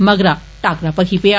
मगरा टाकरा भखी पेआ